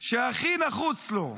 הכי נחוץ לו,